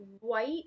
white